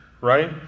right